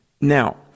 Now